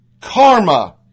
Karma